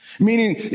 Meaning